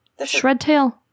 Shredtail